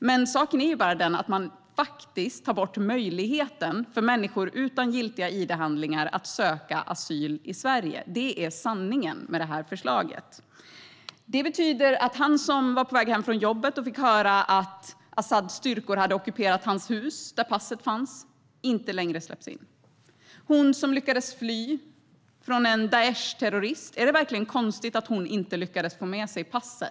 Men saken är den att man tar bort möjligheten för människor utan giltiga id-handlingar att söka asyl i Sverige. Det är sanningen med förslaget. Det betyder att han som var på väg hem från jobbet och fick höra att al-Asads styrkor hade ockuperat hans hus där passet fanns inte längre släpps in. Hon som lyckades fly från en Daeshterrorist, är det verkligen konstigt att hon inte lyckades få med sig passet?